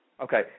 Okay